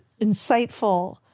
insightful